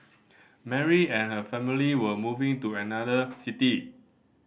Mary and her family were moving to another city